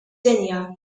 dinja